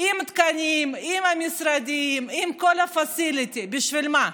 עם תקנים, עם משרדים, עם כל ה-facility, בשביל מה?